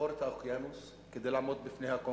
לעבור את האוקיינוס כדי לעמוד בפני הקונגרס